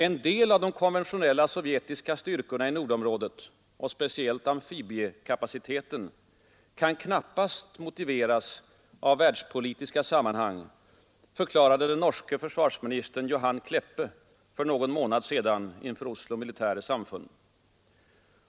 En del av de konventionella sovjetiska styrkorna i nordområdet — speciellt amfibiekapaciteten — kan knappast motiveras av världspolitiska sammanhang, förklarade den norske försvarsministern Johann Kleppe för någon månad sedan inför Oslo militäre samfund.